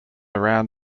around